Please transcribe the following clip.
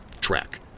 track